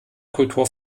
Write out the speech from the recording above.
kultur